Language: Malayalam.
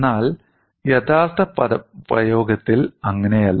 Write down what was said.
എന്നാൽ യഥാർത്ഥ പ്രയോഗത്തിൽ അങ്ങനെയല്ല